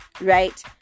Right